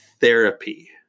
therapy